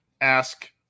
ask